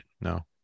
No